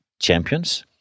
champions